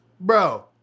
Bro